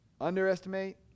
underestimate